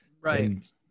Right